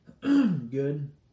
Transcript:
good